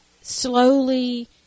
slowly